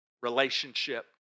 relationship